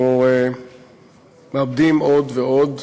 אנחנו מאבדים עוד ועוד